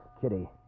Kitty